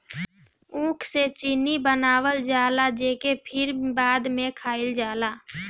ऊख से चीनी बनावल जाला जेके फिर बाद में खाइल जाला